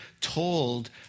told